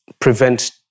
prevent